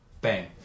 Bang